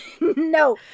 No